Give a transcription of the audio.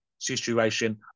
Situation